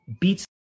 beats